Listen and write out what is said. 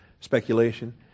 speculation